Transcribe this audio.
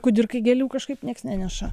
kudirkai gėlių kažkaip nieks neneša